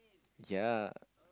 ya